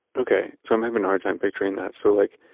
okay. so i'm having a hard time picturing that. so like,